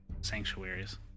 sanctuaries